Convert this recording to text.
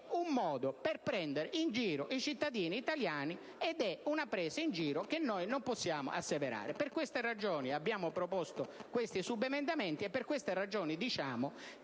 un modo per prendere in giro i cittadini italiani, ed è una presa in giro che noi non possiamo asseverare. Per queste ragioni, abbiamo proposto questi subemendamenti, e per queste ragioni diciamo